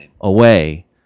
away